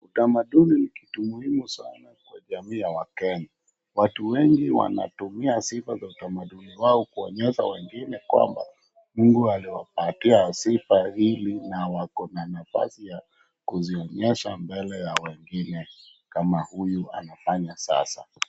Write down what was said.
tamaduni ni kitu muhimu sana kwa jamii ya wakenya watu wengi wanatumia sifa za utamaduni wao kuonyesha wengine kwamba Mungu aliwapatia sifa hili na wakona nafasi ya kuzionyesha mbele ya wengine kama huyu anafanya sasa